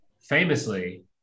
famously